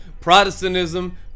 Protestantism